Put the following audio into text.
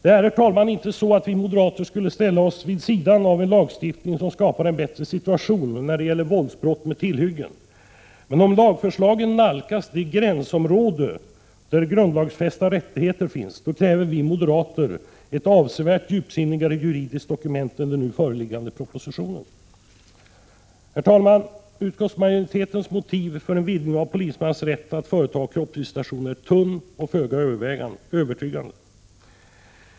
Det är, herr talman, inte så, att vi moderater vill ställa oss vid sidan av en lagstiftning som skapar en bättre situation när det gäller våldsbrott med tillhyggen, men om lagförslagen nalkas det gränsområde där grundlagsfästa rättigheter finns, kräver vi moderater ett avsevärt djupsinnigare juridiskt dokument än den nu föreliggande propositionen. Herr talman! Utskottsmajoritetens motiv för en vidgning av polismans rätt att företa kroppsvisitation är tunn och föga övertygande.